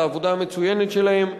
על העבודה המצוינת שלהם.